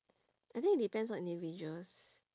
I think it depends on individuals